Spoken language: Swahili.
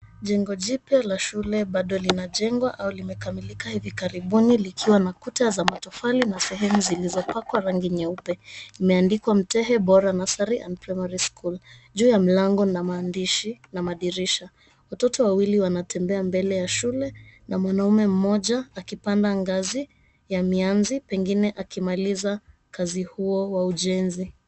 Jengo jipya la shule bado linajengwa au limekamilika hivi karibuni likiwa na kuta za matofali na sehemu zilizopakwa rangi nyeupe. Imeandikwa Mtehe Bora nursery and primary school. Juu ya mlango na maandishi na madirisha. Watoto wawili wanatembea mbele ya shule na mwanaume mmoja akipanda ngazi ya mianzi pengine akimaliza kazi huo wa ujenzi.